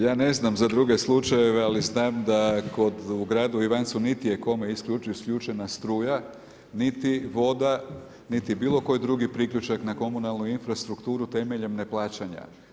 Ja ne znam za druge slučajeve, ali znam, da kod u gradu Ivancu niti je kome isključena struja, niti voda, niti bilo koji drugi priključak na komunalnu infrastrukturu temeljem neplaćanja.